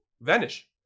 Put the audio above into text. Vanish